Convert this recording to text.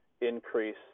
increase